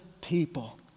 people